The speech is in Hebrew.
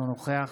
אינו נוכח